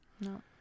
no